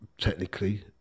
technically